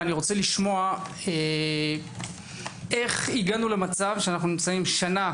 ואני רוצה לשמוע איך הגענו למצב שאנו נמצאים שנה